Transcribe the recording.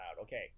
Okay